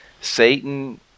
Satan